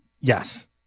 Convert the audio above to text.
yes